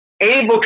able